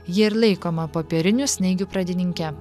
ji ir laikoma popierinių snaigių pradininke